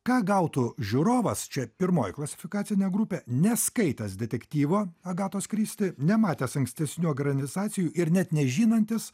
ką gautų žiūrovas čia pirmoji klasifikacinė grupė neskaitęs detektyvo agatos kristi nematęs ankstesnių ekranizacijų ir net nežinantis